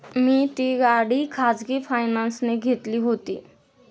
मी ती गाडी खाजगी फायनान्सने घेतली होती